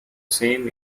same